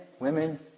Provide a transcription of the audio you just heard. women